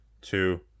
two